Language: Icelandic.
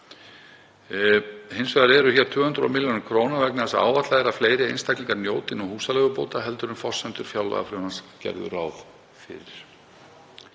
Hins vegar eru hér 250 millj. kr. vegna þess að áætlað er að fleiri einstaklingar njóti nú húsaleigubóta heldur en forsendur fjárlagafrumvarps gerðu ráð fyrir.